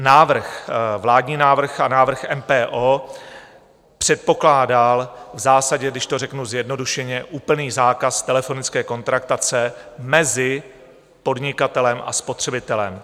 Návrh, vládní návrh a návrh MPO předpokládal v zásadě, když to řeknu zjednodušeně, úplný zákaz telefonické kontraktace mezi podnikatelem a spotřebitelem.